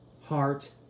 heart